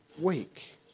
week